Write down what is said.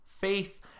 faith